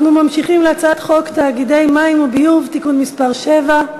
אנחנו ממשיכים להצעת חוק תאגידי מים וביוב (תיקון מס' 7),